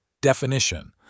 Definition